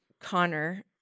Connor